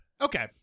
Okay